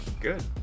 Good